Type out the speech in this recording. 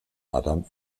adam